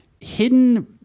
hidden